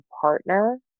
partner